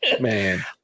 Man